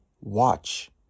watch